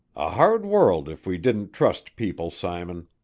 a hard world if we didn't trust people, simon.